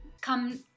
come